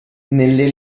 nelle